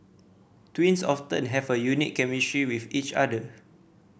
twins often have a unique chemistry with each other